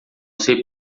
sei